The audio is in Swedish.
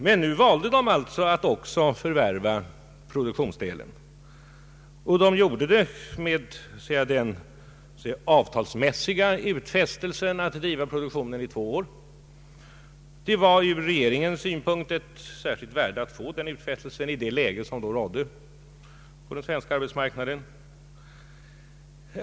Men nu valde Batakoncernen att förvärva även produktionsdelen, vilket gjordes med den avtalsmässiga utfästelsen att driva produktionen i två år. För regeringen var det av särskilt värde att få denna utfästelse i det läge som då rådde på den svenska arbetsmarknaden.